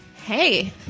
hey